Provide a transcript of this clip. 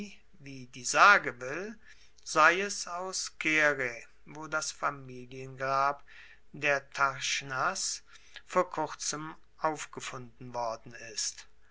wie die sage will sei es aus caere wo das familiengrab der tarchnas vor kurzem aufgefunden worden ist